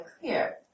clear